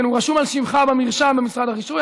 הוא רשום על שמך במרשם במשרד הרישוי,